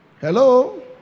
Hello